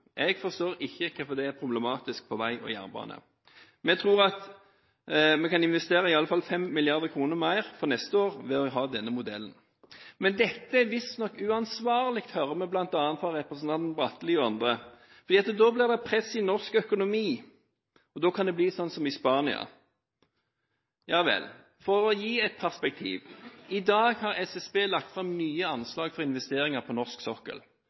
Jeg forstår ikke hvorfor det er problematisk for vei og jernbane. Vi tror at vi kan investere i alle fall 5 mrd. kr mer for neste år ved å ha denne modellen. Men dette er visstnok uansvarlig, hører vi fra representanten Bratli og andre, fordi da blir det press i norsk økonomi. Da kan det bli sånn som i Spania. Ja vel. For å gi et perspektiv: I dag har SSB lagt fram nye anslag for investeringer på norsk sokkel.